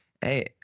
Hey